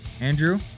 Andrew